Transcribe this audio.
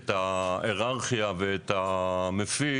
ולברך את ההיררכיה ואת המפיק,